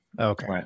Okay